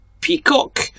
Peacock